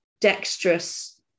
dexterous